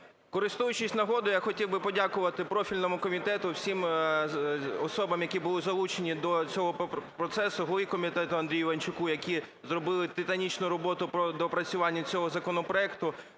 Користуючись нагодою, я хотів би подякувати профільному комітету, всім особам, які були залучені до цього процесу, голові комітету Андрію Іванчуку, які зробили титанічну роботу по доопрацюванню цього законопроекту,